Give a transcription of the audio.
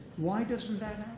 why doesn't